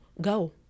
go